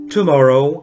Tomorrow